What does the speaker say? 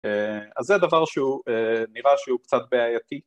אז זה דבר שהוא, נראה שהוא קצת בעייתי